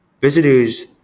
Visitors